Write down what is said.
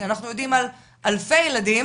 כי אנחנו יודעים על אלפי ילדים